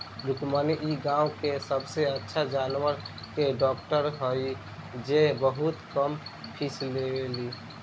रुक्मिणी इ गाँव के सबसे अच्छा जानवर के डॉक्टर हई जे बहुत कम फीस लेवेली